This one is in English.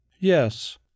Yes